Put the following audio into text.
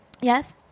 Yes